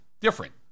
different